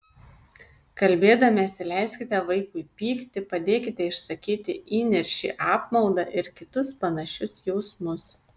kalbėdamiesi leiskite vaikui pykti padėkite išsakyti įniršį apmaudą ir kitus panašius jausmus